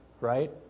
right